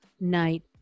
Night